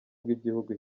bw’igihugu